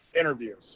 interviews